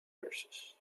nurses